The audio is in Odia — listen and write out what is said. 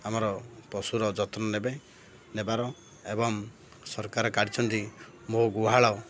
ଆମର ପଶୁର ଯତ୍ନ ନେବେ ନେବାର ଏବଂ ସରକାର କାଢ଼ିଛନ୍ତି ମୋ ଗୁହାଳ